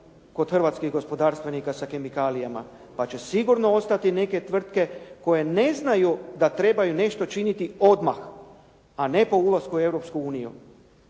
kod hrvatskih gospodarstvenika sa kemikalijama pa će sigurno ostati neke tvrtke koje neznaju da trebaju nešto činiti odmah, a ne po ulasku u